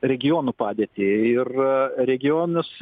regionų padėtį ir regionuose